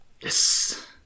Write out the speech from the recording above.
Yes